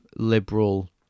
liberal